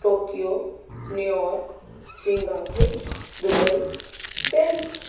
Tokyo New York Singapore Dubai Paris